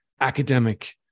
academic